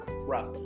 rough